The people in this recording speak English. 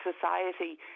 society